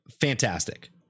fantastic